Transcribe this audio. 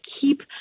keep